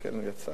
אבל הוא יצא.